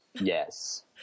Yes